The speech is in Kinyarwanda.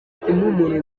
impumuro